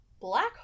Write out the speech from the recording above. Black